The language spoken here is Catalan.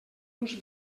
uns